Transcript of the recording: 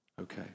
Okay